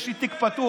יש לי תיק פתוח.